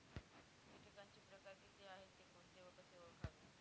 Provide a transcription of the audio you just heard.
किटकांचे प्रकार किती आहेत, ते कोणते व कसे ओळखावे?